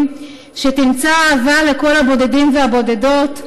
/ שתמצא אהבה לכל הבודדים והבודדות,